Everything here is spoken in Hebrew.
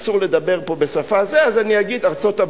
אסור לדבר פה בשפה אחרת אז אני אגיד "ארצות-הברית".